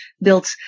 built